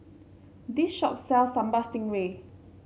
this shop sells Sambal Stingray